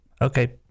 Okay